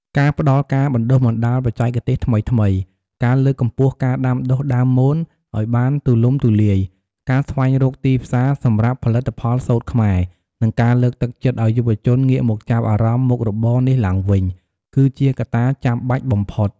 ការផ្ដល់ការបណ្ដុះបណ្ដាលបច្ចេកទេសថ្មីៗ ការលើកកម្ពស់ការដាំដុះដើមមនឲ្យបានទូលំទូលាយ ការស្វែងរកទីផ្សារសម្រាប់ផលិតផលសូត្រខ្មែរ និងការលើកទឹកចិត្តឲ្យយុវជនងាកមកចាប់អារម្មណ៍មុខរបរនេះឡើងវិញ គឺជាកត្តាចាំបាច់បំផុត។